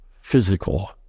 physical